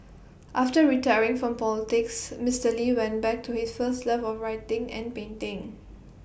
after retiring from politics Mister lee went back to his first love of writing and painting